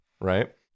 right